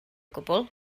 gwbl